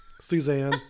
Suzanne